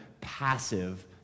passive